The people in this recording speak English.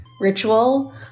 ritual